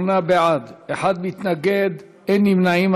38 בעד, אחד מתנגד, אין נמנעים.